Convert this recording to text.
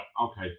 Okay